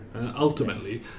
ultimately